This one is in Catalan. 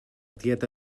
tieta